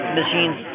machines